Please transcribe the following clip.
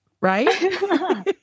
right